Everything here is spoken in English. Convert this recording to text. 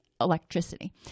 electricity